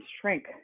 shrink